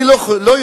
אני לא יודע.